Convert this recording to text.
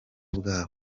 bwabo